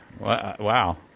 Wow